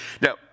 Now